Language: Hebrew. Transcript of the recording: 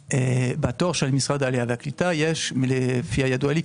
בתור של משרד העלייה והקליטה יש לפי הידוע לי,